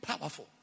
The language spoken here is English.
powerful